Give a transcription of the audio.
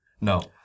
No